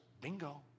bingo